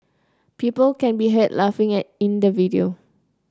people can be heard laughing at in the video